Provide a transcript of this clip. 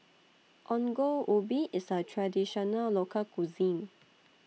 Ongol Ubi IS A Traditional Local Cuisine